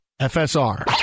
FSR